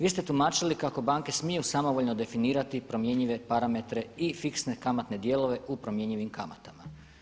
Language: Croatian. Vi ste tumačili kako banke smiju samovoljno definirati promjenjive parametre i fiksne kamatne dijelove u promjenjivim kamatama.